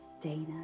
Dana